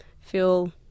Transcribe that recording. feel